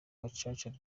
gacaca